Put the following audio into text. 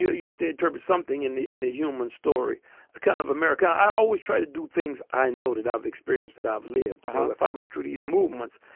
you have to interpret something in the in the human story kind of america. i always try to do things i noted, i've experienced that i've lived. so if i go through these movements,